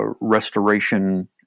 restoration